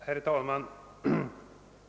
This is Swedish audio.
Herr talman!